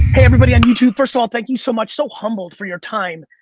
everybody on youtube. first of all, thank you so much. so humbled for your time.